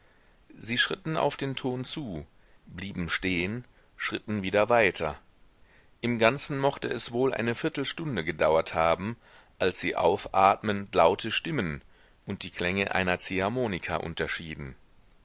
sie schritten auf den ton zu blieben stehen schritten wieder weiter im ganzen mochte es wohl eine viertelstunde gedauert haben als sie aufatmend laute stimmen und die klänge einer ziehharmonika unterschieden